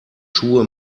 schuhe